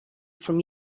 from